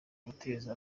guteza